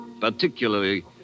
Particularly